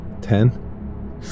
Ten